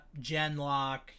Genlock